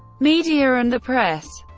media and the press